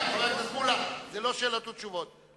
חבר הכנסת מולה, זה לא שאלות ותשובות.